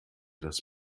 das